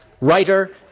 writer